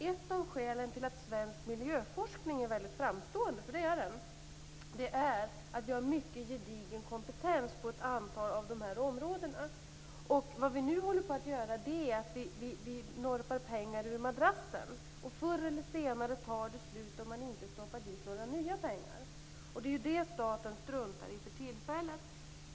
Ett av skälen till att svensk miljöforskning är väldigt framstående - för det är den - är att vi har mycket gedigen kompetens på ett antal av dessa områden. Vad vi nu håller på att göra är att norpa pengar ur madrassen. Förr eller senare tar det slut om man inte stoppar dit några nya pengar. Det struntar staten i för tillfället.